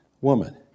woman